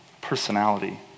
personality